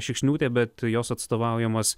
šikšniūtė bet jos atstovaujamas